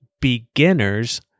beginners